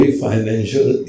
financial